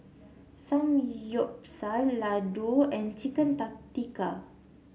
Samgeyopsal Ladoo and Chicken Ta Tikka